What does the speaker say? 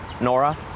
Nora